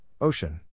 Ocean